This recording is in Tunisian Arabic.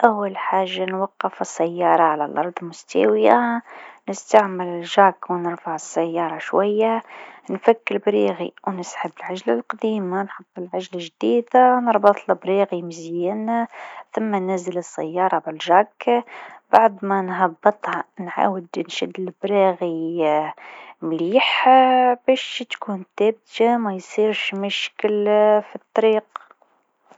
باش تغير إطار السيارة أو الدراجة، أول حاجة توقف في مكان آمن وتأكد من أنك تملك الأدوات اللازمة. في السيارة، ارفع السيارة باستخدام الرافعة، وفك المسامير باستخدام المفتاح. بعدين، شيل الإطار التالف وحط الجديد، ثم اربط المسامير بإحكام. في الدراجة، فك الصواميل باستخدام مفتاح خاص، شيل الإطار، وحط الإطار الجديد، ثم ثبت الصواميل. تأكد من كل شيء ثابت قبل ما تكمل القيادة.